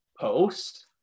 post